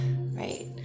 right